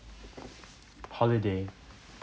holiday